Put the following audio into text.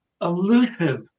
elusive